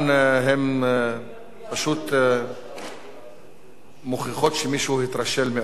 הם פשוט מוכיחים שמישהו התרשל מאוד בעבודתו.